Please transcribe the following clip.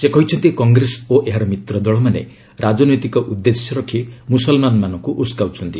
ସେ କହିଛନ୍ତି କଂଗ୍ରେସ ଓ ଏହାର ମିତ୍ର ଦଳମାନେ ରାଜନୈତିକ ଉଦ୍ଦେଶ୍ୟ ରଖି ମୁସଲମାନମାନଙ୍କୁ ଉସକାଉଛନ୍ତି